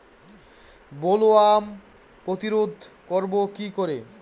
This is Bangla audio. বোলওয়ার্ম প্রতিরোধ করব কি করে?